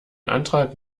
antrag